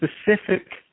specific